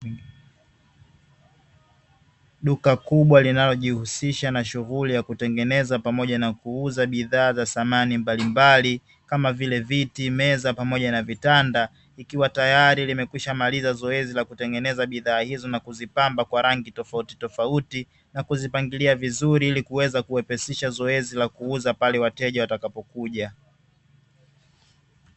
Duka kubwa linalojihusisha na shughuli ya kutengeneza pamoja na kuuza bidhaa za samani mbalimbali, kama vile: viti, meza, pamoja na vitanda. Ikiwa tayari limekwisha maliza zoezi la kutengeneza bidhaa hizo na kuzipamba kwa rangi tofautitofauti, na kuzipangilia vizuri ili kuweza kuwepesisha zoezi la kuuza pale wateja watakapokuja.